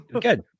good